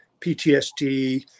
PTSD